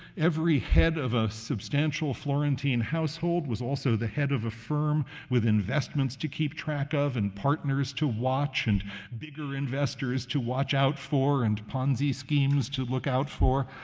every head of a substantial florentine household was also the head of a firm with investments to keep track of, and partners to watch, and bigger investors to watch out for and ponzi schemes to look out for,